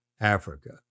Africa